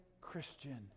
Christian